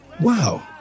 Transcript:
Wow